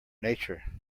nature